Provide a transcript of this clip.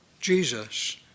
Jesus